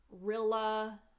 Rilla